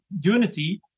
Unity